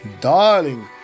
darling